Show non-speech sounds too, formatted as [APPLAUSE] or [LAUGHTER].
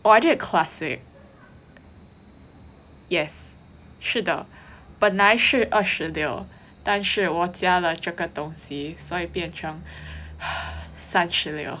oh I did classic yes 是的本来是二十六但是我加了这个东西所以办成 [BREATH] 三十六